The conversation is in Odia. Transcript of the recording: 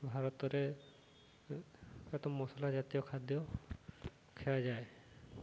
ଭାରତରେ ଏକେ ତ ମସଲା ଜାତୀୟ ଖାଦ୍ୟ ଖିଆଯାଏ